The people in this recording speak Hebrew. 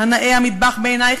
הנאה המטבח בעינייך?